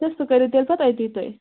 تہٕ سُہ کٔرِو تیٚلہِ پَتہٕ أتی تُہۍ